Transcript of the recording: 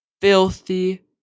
filthy